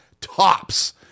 tops